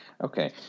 Okay